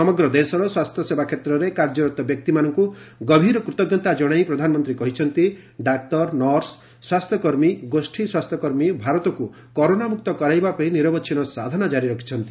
ସମଗ୍ର ଦେଶର ସ୍ୱାସ୍ଥ୍ୟସେବା କ୍ଷେତ୍ରରେ କାର୍ଯ୍ୟରତ ବ୍ୟକ୍ତିମାନଙ୍କୁ ଗଭୀର କୃତଜ୍ଞତା ଜଣାଇ ପ୍ରଧାନମନ୍ତୀ କହିଛନ୍ତି ଡାକ୍ତର ନର୍ସ ସ୍ୱାସ୍ଥ୍ୟକର୍ମୀ ଗୋଷୀ ସ୍ୱାସ୍ଥ୍ୟକର୍ମୀ ଭାରତକୁ କରୋନାମୁକ୍ତ କରାଇବାପାଇଁ ନିରବଚ୍ଛିନ୍ନ ସାଧନା କାରି ରଖିଛନ୍ତି